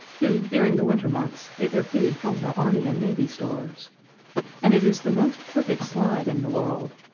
who, during the winter months, get their food from the army and navy stores and it is the most perfect slide in the world.